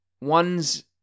ones